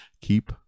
keep